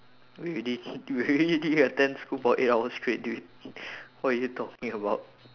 I mean you did you already did attend school for eight hours straight dude what are you talking about